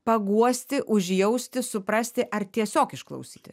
paguosti užjausti suprasti ar tiesiog išklausyti